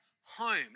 home